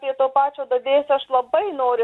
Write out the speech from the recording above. prie to pačio dadėsiu aš labai noriu